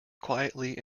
quietly